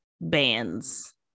bands